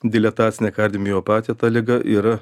diliatacinė kardiomiopatija ta liga yra